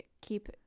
keep